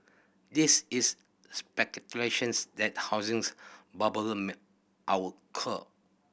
this is speculations that housings bubble may our occur